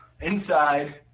inside